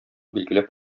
билгеләп